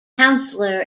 councillor